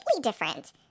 different